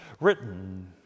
written